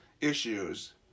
issues